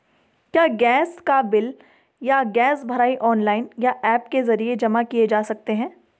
क्या गैस का बिल या गैस भराई ऑनलाइन या ऐप के जरिये जमा किये जा सकते हैं?